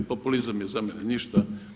Populizam je za mene ništa.